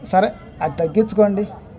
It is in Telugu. సరే అది తగ్గించుకోండి